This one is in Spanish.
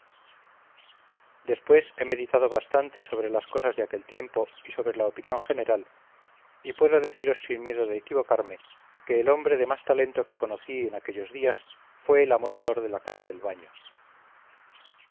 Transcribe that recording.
después he meditado bastante sobre las cosas de aquel tiempo y sobre la opinión general y puedo deciros sin miedo de equivocarme que el hombre de más talento que conocí en aquellos días fue el amolador de la calle del baño